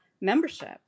membership